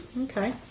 Okay